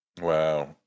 Wow